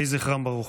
יהי זכרם ברוך.